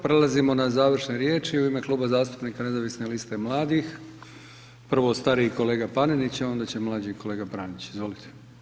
Prelazimo na završne riječi, u ime Kluba zastupnika Nezavisne liste mladih, prvo stariji kolega Panenić a onda će mlađi kolega Pranić, izvolite.